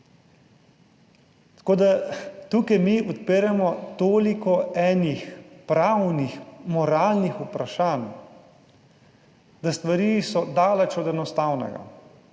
Tako da, tukaj mi odpiramo toliko enih pravnih, moralnih vprašanj, da stvari so daleč od enostavnega